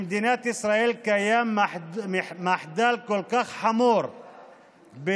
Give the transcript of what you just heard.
במדינת ישראל קיים מחדל כל כך חמור בתשתיות